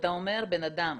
אתה אומר בן אדם,